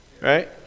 right